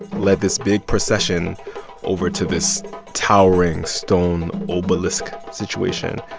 led this big procession over to this towering stone obelisk situation.